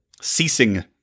Ceasing